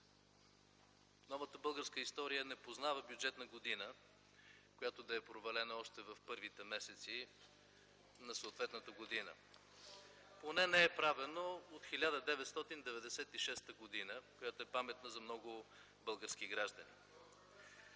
Новата българска история не познава бюджетна година, която да е провалена още в първите месеци на съответната година. (Възгласи от ГЕРБ: „Е-е-е!”.) Поне не е правено от 1996 г., която е паметна за много български граждани.